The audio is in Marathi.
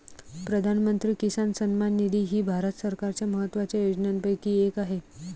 प्रधानमंत्री किसान सन्मान निधी ही भारत सरकारच्या महत्वाच्या योजनांपैकी एक आहे